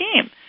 team